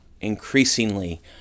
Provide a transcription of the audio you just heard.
increasingly